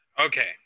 Okay